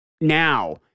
Now